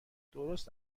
درست